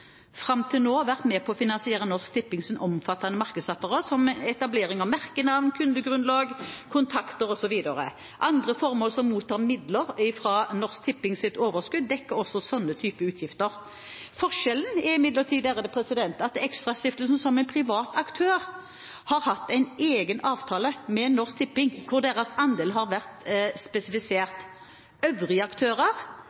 fram til nå vært med på å finansiere Norsk Tippings omfattende markedsapparat, som etablering av merkenavn, kundegrunnlag, kontakter osv. Andre formål som mottar midler fra Norsk Tippings overskudd, dekker også slike typer utgifter. Forskjellen er imidlertid at ExtraStiftelsen som en privat aktør har hatt en egen avtale med Norsk Tipping hvor deres andel har vært spesifisert. Øvrige aktører